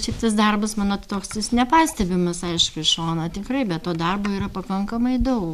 šiaip tas darbas mano toks nepastebimas aišku iš šono tikrai to darbo yra pakankamai daug